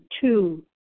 two